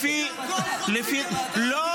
מתקיימים תנאי החוק לפי --- אלקין,